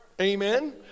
Amen